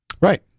Right